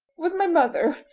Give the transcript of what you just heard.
was my mother.